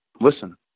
listen